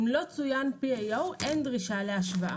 אם לא צוין PAO, אין דרישה להשוואה.